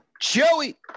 Joey